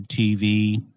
TV